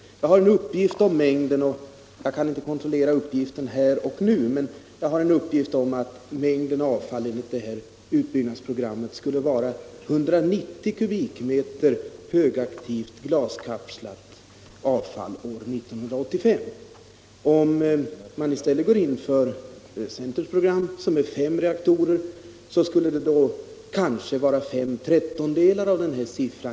Jag har en uppgift, som jag inte kan kontrollera här och nu, om att mängden avfall enligt utbyggnadsprogrammet skulle vara 190 m” högaktivt glaskapslat avfall 1985. Om man i stället går in för centerns program med fem reaktorer, skulle mängden avfall kanske utgöra fem trettondelar av denna siffra.